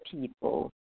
people